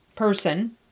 person